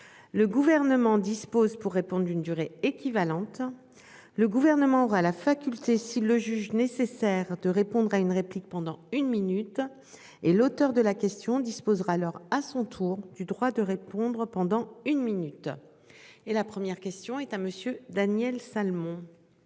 Le gouvernement dispose pour répondre à une durée équivalente. Le gouvernement aura la faculté s'il le juge nécessaire de répondre à une réplique pendant une minute et l'auteur de la question disposera leur à son tour du droit de répondre pendant une minute. Et la première question est à monsieur Daniel Salmon.